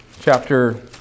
chapter